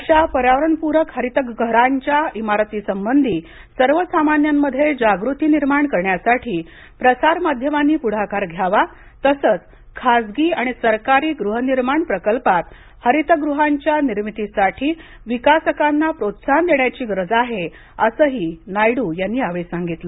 अशा पर्यावरण पूरक हरित घरांच्या इमारतीसंबधी सर्वसामान्यांमध्ये जागृती निर्माण करण्यासाठी प्रसार माध्यमांनी पुढाकार घ्यावा तसच खासगी आणि सरकारी गृहनिर्माण प्रकल्पात हरित गृहांच्या निर्मितीसाठी विकासकांना प्रोत्साहन देण्याची गरज आहे असंही नायडू यांनी यावेळी सांगितलं